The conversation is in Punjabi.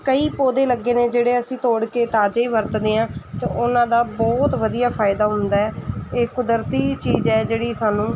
ਕਈ ਪੌਦੇ ਲੱਗੇ ਨੇ ਜਿਹੜੇ ਅਸੀਂ ਤੋੜ ਕੇ ਤਾਜ਼ੇ ਵਰਤਦੇ ਹਾਂ ਅਤੇ ਉਹਨਾਂ ਦਾ ਬਹੁਤ ਵਧੀਆ ਫ਼ਾਇਦਾ ਹੁੰਦਾ ਹੈ ਇਹ ਕੁਦਰਤੀ ਚੀਜ਼ ਹੈ ਜਿਹੜੀ ਸਾਨੂੰ